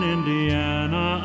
Indiana